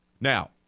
Now